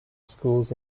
schools